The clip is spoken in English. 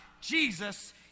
Jesus